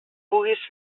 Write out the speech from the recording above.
puguis